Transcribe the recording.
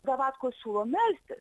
davatkų siūlo melstis